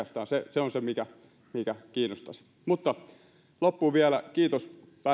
se on se mikä kiinnostaisi loppuun vielä kiitos päättäväisestä